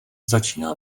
začíná